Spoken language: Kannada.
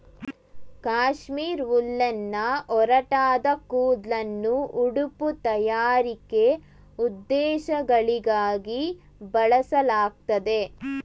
ಕಾಶ್ಮೀರ್ ಉಲ್ಲೆನ್ನ ಒರಟಾದ ಕೂದ್ಲನ್ನು ಉಡುಪು ತಯಾರಿಕೆ ಉದ್ದೇಶಗಳಿಗಾಗಿ ಬಳಸಲಾಗ್ತದೆ